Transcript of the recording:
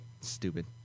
stupid